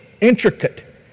intricate